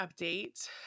update